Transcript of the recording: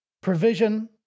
Provision